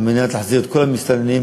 על מנת להחזיר את כל המסתננים,